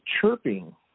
chirping